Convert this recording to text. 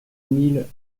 mille